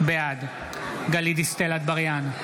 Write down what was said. בעד גלית דיסטל אטבריאן,